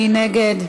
מי נגד?